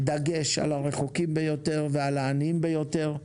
דגש על הרחוקים ביותר ועל העניים ביותר,